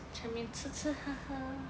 去那边吃吃喝喝